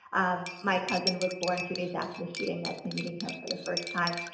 um my cousin was born two days after the shooting. that's me meeting him for the first time.